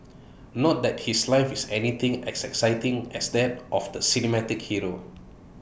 not that his life is anything as exciting as that of the cinematic hero